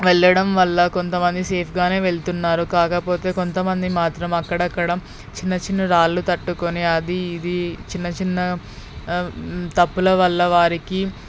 వెళ్ళడం వల్ల కొంతమంది సేఫ్గానే వెళ్తున్నారు కాకపోతే కొంతమంది మాత్రం అక్కడక్కడ చిన్నచిన్న రాళ్ళు తట్టుకుని అదీ ఇదీ చిన్న చిన్న తప్పుల వల్ల వారికి